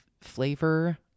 flavor